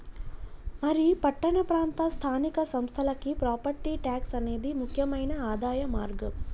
మరి పట్టణ ప్రాంత స్థానిక సంస్థలకి ప్రాపట్టి ట్యాక్స్ అనేది ముక్యమైన ఆదాయ మార్గం